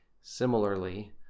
Similarly